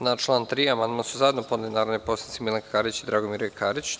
Na član 3. amandman su zajedno podneli narodni poslanici Milanka Karić i Dragomir J. Karić.